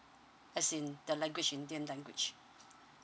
as in the language indian language